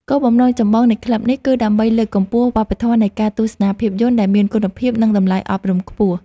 គោលបំណងចម្បងនៃក្លឹបនេះ គឺដើម្បីលើកកម្ពស់វប្បធម៌នៃការទស្សនាភាពយន្តដែលមានគុណភាព និងតម្លៃអប់រំខ្ពស់។